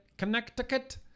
Connecticut